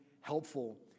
helpful